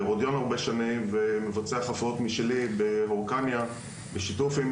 בהרודיון הרבה שנים ומבצע חפירות משלי בהורקניה בשיתוף עם